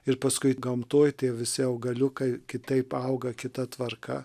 ir paskui gamtoj tie visi augaliukai kitaip auga kita tvarka